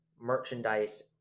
merchandise